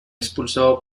expulsado